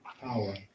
power